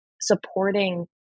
supporting